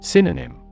Synonym